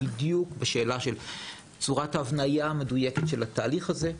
שעוסק בדיוק בשאלה של צורת ההבניה של התהליך הזה.